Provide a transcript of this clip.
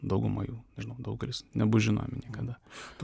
dauguma jų nežinau daugelis nebus žinomi niekada